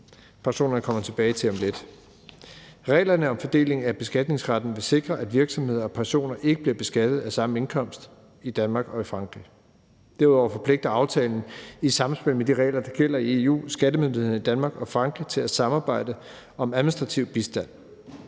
Reglerne om fordeling af beskatningsretten vil sikre, at virksomheder og personer ikke bliver beskattet af samme indkomst i Danmark og i Frankrig. Derudover forpligter aftalen, i samspil med de regler, der gælder i EU, skattemyndighederne i Danmark og Frankrig til at samarbejde om administrativ bistand.